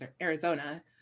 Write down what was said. Arizona